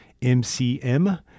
MCM